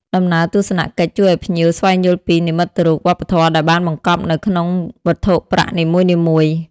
ដំណើរទស្សនកិច្ចជួយឱ្យភ្ញៀវស្វែងយល់ពី និមិត្តរូប វប្បធម៌ដែលបានបង្កប់នៅក្នុងវត្ថុប្រាក់នីមួយៗ។